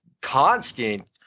constant